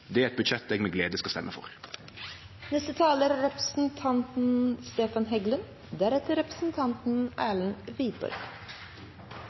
Det er eit budsjett eg med glede skal stemme for. Representanten